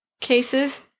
cases